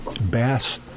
bass